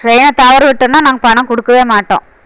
ட்ரெயினை தவற விட்டோம்னா நாங்கள் பணம் கொடுக்கவே மாட்டோம்